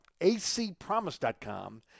acpromise.com